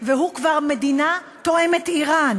והיא כבר מדינה תואמת-איראן.